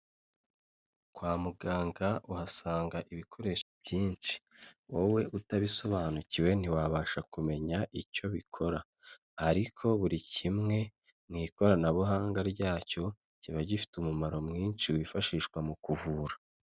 Kwa muganga uhasanga ibikoresho byinshi, wowe utabisobanukiwe ntiwabasha kumenya icyo bikora ariko buri kimwe mu ikoranabuhanga ryacyo kiba gifite umumaro mwinshi wifashishwa mu kuvura.